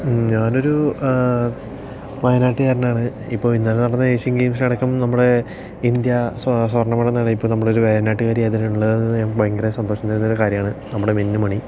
ഞാനൊരു വയനാട്ടുകാരനാണ് ഇപ്പോൾ ഇന്നലെ നടന്ന ഏഷ്യൻ ഗെയിംസിലടക്കം നമ്മുടെ ഇന്ത്യ സ്വ സ്വർണമെഡൽ നേടിയപ്പോൾ നമ്മുടെ ഒരു വയനാട്ടുകാരിയായതിലുള്ള ഭയങ്കര സന്തോഷം തരുന്ന ഒരു കാര്യമാണ് നമ്മുടെ മിന്നുമണി